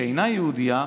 שאינה יהודייה,